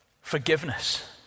Forgiveness